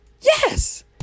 yes